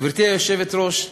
גברתי היושבת-ראש,